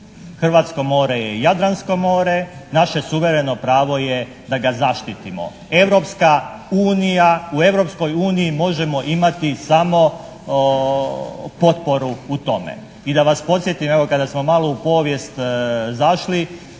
Hrvatsko more je Jadransko more, naše suvereno pravo je da ga zaštitimo. Europska unija, u Europskoj uniji možemo imati samo potporu u tome. I da vas podsjetim, evo kada smo malo u povijest zašli,